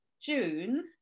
June